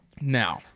Now